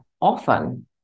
often